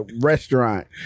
restaurant